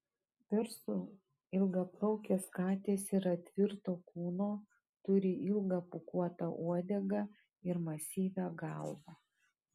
persų ilgaplaukės katės yra tvirto kūno turi ilgą pūkuotą uodegą ir masyvią galvą